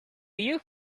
you